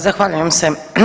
Zahvaljujem se.